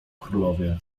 królowie